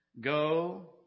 Go